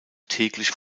täglich